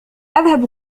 أذهب